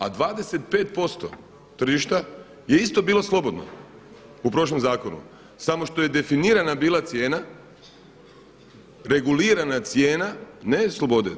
A 25% tržišta je isto bilo slobodno u prošlom zakonu samo što je definirana bila cijena, regulirana cijena ne slobode.